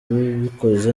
ubikoze